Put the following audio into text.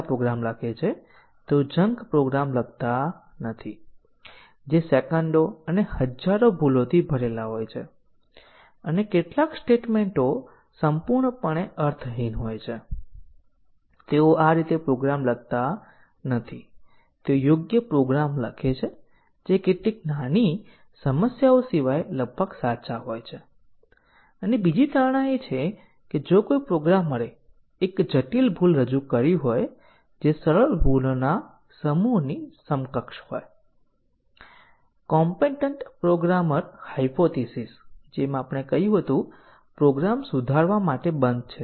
આપણે કહ્યું હતું કે સૌથી મજબૂત સફેદ બોક્સનું ટેસ્ટીંગ શક્ય તમામ પાથ કવરેજ અને તમામ પાથ કવરેજ છે જે તમને યાદ હશે તે પ્રોગ્રામમાં તમામ સંભવિત માર્ગોને આવરી લે છે પરંતુ પછી આપણે ટિપ્પણી કરી હતી કે તમામ પાથ કવરેજ વાસ્તવમાં ખૂબ જ અવ્યવહારુ માપદંડ છે કારણ કે હાજરીમાં લૂપ ત્યાં ઘણી મોટી સંખ્યામાં પાથ હોઈ શકે છે લાખો અથવા અબજો રસ્તાઓ હોઈ શકે છે અને જ્યારે કાર્યક્રમ લૂપ તરીકે અને પછી આપણે સૌથી નબળા સફેદ બોક્સ ટેસ્ટીંગ પર જોયું ત્યારે તેની હાજરીમાં તમામ પાથ કવરેજ પ્રાપ્ત કરવું વ્યવહારીક અશક્ય છે